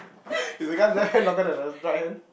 is the guy's left hand longer than the right hand